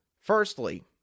Firstly